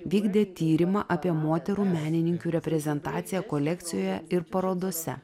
vykdė tyrimą apie moterų menininkių reprezentaciją kolekcijoje ir parodose